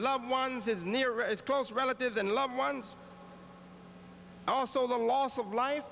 loved ones is near its close relatives and loved ones also the loss of life